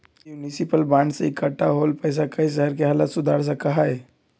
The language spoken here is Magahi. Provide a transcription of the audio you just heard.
युनिसिपल बांड से इक्कठा होल पैसा से कई शहर के हालत सुधर सका हई